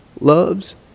loves